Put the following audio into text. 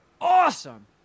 Awesome